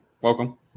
Welcome